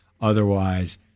Otherwise